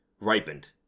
ripened